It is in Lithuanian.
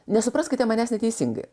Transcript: nesupraskite manęs neteisingai